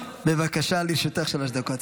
בבקשה, לרשותך שלוש דקות.